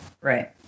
Right